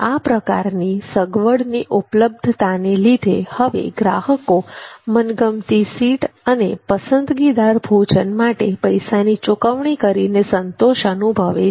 આ પ્રકારની સગવડની ઉપલબ્ધતાને લીધે હવે ગ્રાહકો મનગમતી સીટ અને પસંદગીદાર ભોજન માટે પૈસાની ચુકવણી કરીને સંતોષ અનુભવે છે